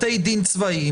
בתי דין צבאיים,